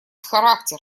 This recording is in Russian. характер